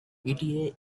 eta